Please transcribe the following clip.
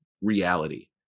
reality